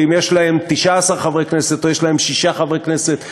ואם יש להם 19 חברי כנסת או יש להם שישה חברי כנסת,